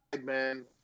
man